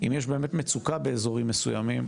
אם יש באמת מצוקה באזורים מסוימים,